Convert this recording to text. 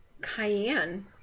cayenne